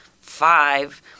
five